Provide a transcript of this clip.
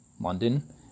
London